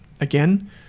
again